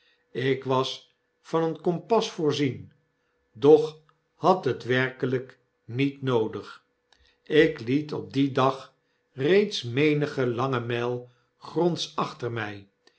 ik was van een kompas voorzien doch had het werkelyk niet noodig ik liet op dien dag reeds menige lange miji gronds achter mij